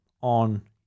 on